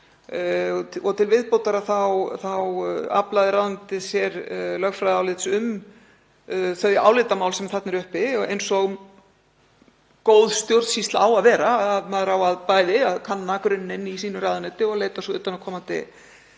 Til viðbótar aflaði ráðuneytið sér lögfræðiálits um þau álitamál sem þarna eru uppi eins og góð stjórnsýsla á að vera. Maður á bæði að kanna grunninn í sínu ráðuneyti og leita svo utanaðkomandi